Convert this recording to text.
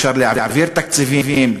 אי-אפשר להעביר תקציבים.